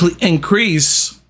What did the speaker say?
increase